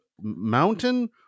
mountain